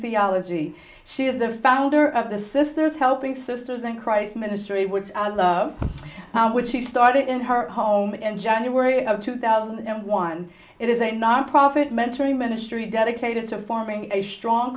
theology she is the founder of the sisters helping sisters in christ ministry woods which she started in her home in january of two thousand and one it is a nonprofit mentoring ministry dedicated to forming a strong